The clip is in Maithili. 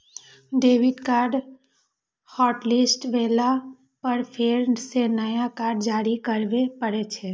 डेबिट कार्ड हॉटलिस्ट भेला पर फेर सं नया कार्ड जारी करबे पड़ै छै